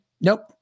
nope